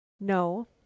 No